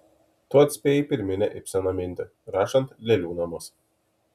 tu atspėjai pirminę ibseno mintį rašant lėlių namus